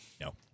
No